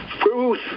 truth